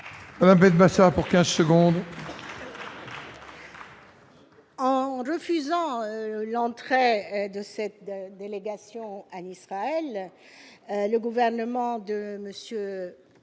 Alain Massa pour 15 secondes. En refusant l'entrée de cette délégation à l'Israël, le gouvernement de